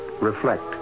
reflect